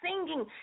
singing